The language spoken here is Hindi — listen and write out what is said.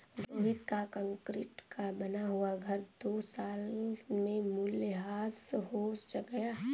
रोहित का कंक्रीट का बना हुआ घर दो साल में मूल्यह्रास हो गया